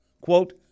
Quote